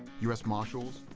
u s. marshals,